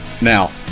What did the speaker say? now